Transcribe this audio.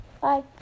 Bye